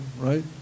right